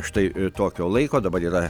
štai tokio laiko dabar yra